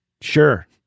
sure